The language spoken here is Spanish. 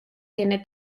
tiene